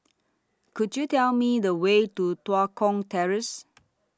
Could YOU Tell Me The Way to Tua Kong Terrace